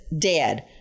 dead